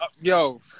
Yo